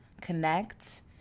connect